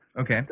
Okay